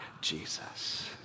Jesus